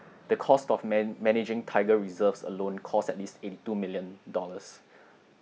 the cost of man~ managing tiger reserves alone cost at least eighty two million dollars